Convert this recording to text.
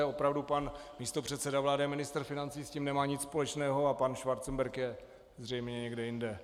Opravdu pan místopředseda vlády a ministr financí s tím nemá nic společného a pan Schwarzenberg je zřejmě někde jinde.